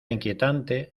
inquietante